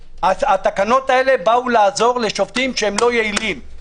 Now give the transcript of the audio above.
התקנות האלה באו לעזור לשופטים שלא יעילים.